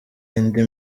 indi